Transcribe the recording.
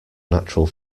natural